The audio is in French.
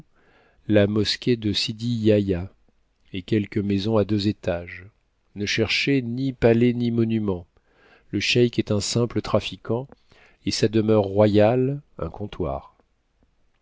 la mosquée de sidi yahia et quelques maisons à deux étages ne cherchez ni palais ni monuments le cheik est un simple trafiquant et sa demeure royale un comptoir